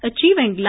Achieving